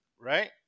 right